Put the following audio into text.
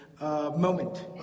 Moment